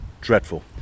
dreadful